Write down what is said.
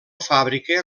fàbrica